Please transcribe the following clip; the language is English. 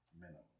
minimum